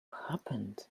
happened